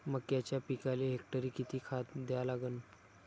मक्याच्या पिकाले हेक्टरी किती खात द्या लागन?